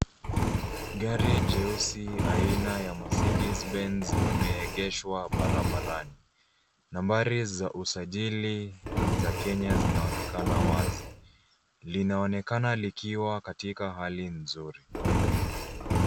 Gari jeusi aina ya Mercedes Benz limeegeshwa barabarani. Nambari za usajili za Kenya zinaonekana wazi. Linaonekana likiwa katika hali nzuri.